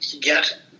get